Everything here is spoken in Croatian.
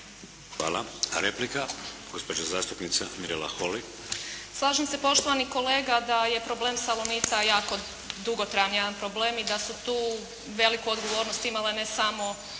Hvala. Replika, gospođa zastupnica Mirela Holy. **Holy, Mirela (SDP)** Slažem se poštovani kolega da je problem “Salonita“ jako dugotrajan jedan problem i da su tu veliku odgovornost imale ne samo